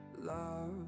love